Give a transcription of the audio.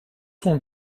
ton